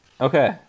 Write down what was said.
Okay